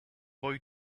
boy